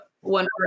one